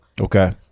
Okay